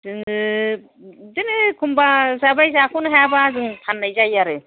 जोङो बिदिनो एखमबा जाबाय जाख'नो हायाबा जों फान्नाय जायो आरो